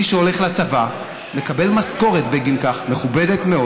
מי שהולך לצבא מקבל משכורת בגין כך, מכובדת מאוד.